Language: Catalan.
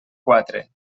quatre